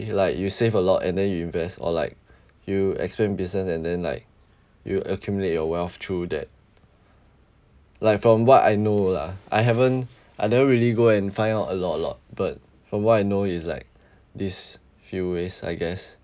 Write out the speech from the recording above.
like you save a lot and then you invest or like you expand business and then like you accumulate your wealth through that like from what I know lah I haven't I never really go and find out a lot a lot but from what I know it's like these few ways I guess